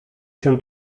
się